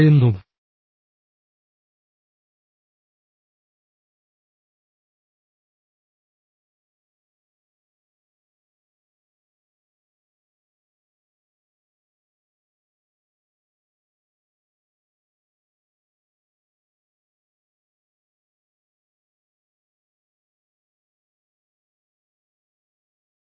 ജനിതകശാസ്ത്രത്തിലൂടെ ഇത് നമ്മിലേക്ക് വരുന്നുവെന്ന് വാദിക്കുന്ന ആളുകൾ പറയുന്ന മറ്റൊരു വശം നമ്മുടെ പ്രദേശബോധം നമ്മൾ പ്രദേശം ഉപയോഗിക്കുന്ന രീതി നമ്മുടെ ചുറ്റുപാടുകൾ ഉപയോഗിക്കുന്ന രീതി നമ്മുടെ വീട് എന്നാണ്